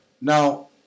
Now